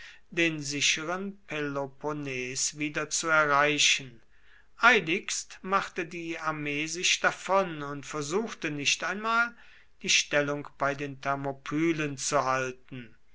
den sicheren peloponnes wieder zu erreichen eiligst machte die armee sich davon und versuchte nicht einmal die stellung bei den thermopylen zu halten